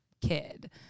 kid